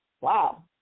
Wow